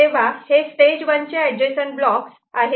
तेव्हा हे स्टेज वनचे ऍडजसंट ब्लॉक्स आहेत